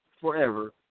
forever